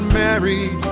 married